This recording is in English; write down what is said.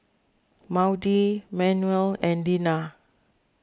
Maudie Manuel and Dinah